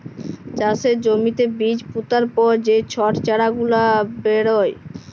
চাষের জ্যমিতে বীজ পুতার পর যে ছট চারা গুলা বেরয়